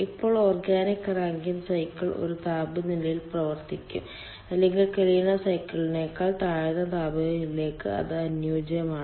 ഇപ്പോൾ organic Rankine cycle ഒരു താപനിലയിൽ പ്രവർത്തിക്കും അല്ലെങ്കിൽ കലിന സൈക്കിളിനേക്കാൾ താഴ്ന്ന താപനിലയ്ക്ക് ഇത് അനുയോജ്യമാണ്